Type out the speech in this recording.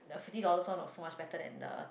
fifty dollars one was so much better than the